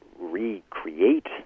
recreate